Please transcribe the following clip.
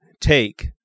take